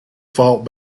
fought